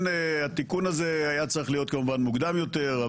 התיקון הזה היה צריך להיות כמובן מוקדם יותר,